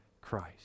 Christ